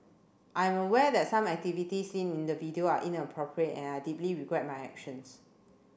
I'm aware that some activities seen in the video are inappropriate and I deeply regret my actions